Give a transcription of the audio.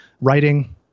writing